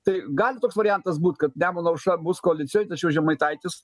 tai gali toks variantas būt kad nemuno aušra bus koalicijoj tačiau žemaitaitis